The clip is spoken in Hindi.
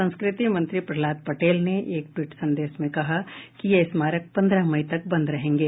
संस्कृति मंत्री प्रहलाद पटेल ने एक ट्वीट संदेश में कहा कि ये स्मारक पन्द्रह मई तक बंद रहेंगे